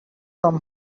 from